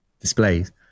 displays